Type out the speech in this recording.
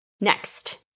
Next